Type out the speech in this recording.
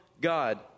God